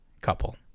Couple